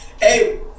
Hey